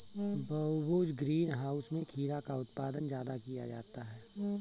बहुभुज green house में खीरा का उत्पादन ज्यादा किया जाता है